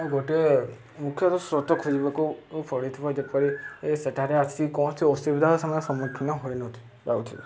ଆ ଗୋଟେ ମୁଖ୍ୟତଃ ସ୍ରୋତ ଖୋଜିବାକୁ ପଡ଼ିଥିବ ଯେପରି ସେଠାରେ ଆସିକି କୌଣସି ଅସୁବିଧା ସେ ସମ୍ମୁଖୀନ ହୋଇନଥି ଯାଉଥିଲେ